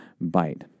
bite